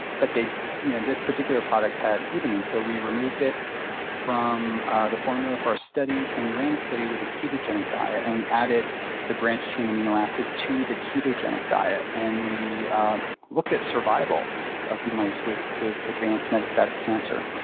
but you know this particular product had glutamine, so we removed it from the formula for our studies, and we ran a study with a ketogenic diet, and we added the branched-chain amino acid to the ketogenic diet. and we looked at survival of mice with with advanced metastatic cancer.